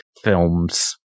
films